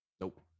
Nope